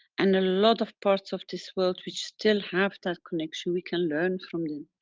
and a lot of parts of this world which still have that connection we can learn from them.